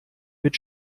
mit